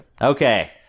Okay